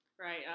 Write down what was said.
right